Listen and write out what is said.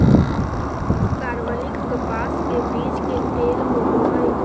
कार्बनिक कपास के बीज के तेल होबो हइ